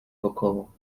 wokoło